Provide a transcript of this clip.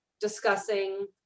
discussing